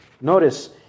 Notice